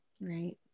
Right